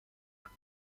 pour